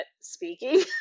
speaking